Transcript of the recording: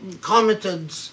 commented